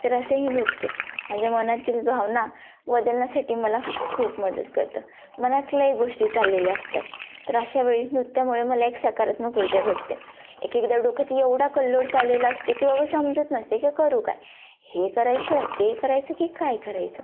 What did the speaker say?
तर असं हे नृत्य माझ्या मनातील भावना बदलण्यासाठी मला खूप मदत करतं मनातल्याही गोष्टी चाललेल्या असतात तर अशा वेळी नृत्यामुळे मला एक सकारात्मक ऊर्जा भेटते एकेकदा डोक्यात एवढा कल्लोळ चाललेला असतो की बाबा समजत नसते की करू काय हे करायचं ते करायचं की काय करायचं